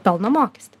pelno mokestį